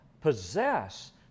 possess